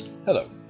Hello